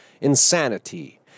insanity